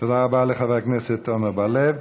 תודה רבה לחבר הכנסת עמר בר-לב.